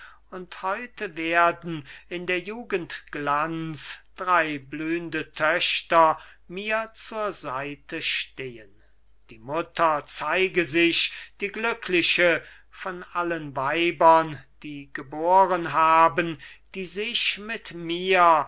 und heute werden in der jugend glanz drei blühnde töchter mir zur seite stehen die mutter zeige sich die glückliche von allen weibern die geboren haben die sich mit mir